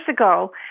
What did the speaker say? ago